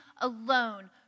alone